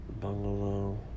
bungalow